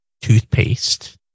toothpaste